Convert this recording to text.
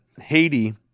Haiti